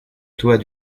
toit